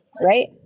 Right